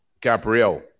gabriel